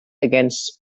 against